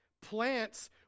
plants